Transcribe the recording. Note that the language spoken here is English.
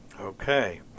Okay